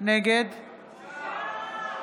נגד בושה.